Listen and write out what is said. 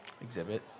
exhibit